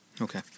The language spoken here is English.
Okay